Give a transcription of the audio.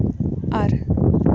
ᱟᱨ